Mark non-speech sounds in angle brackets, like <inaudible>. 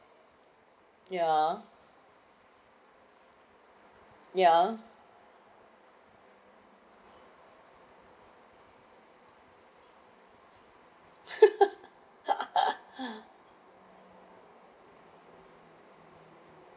ya ya <laughs>